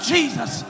Jesus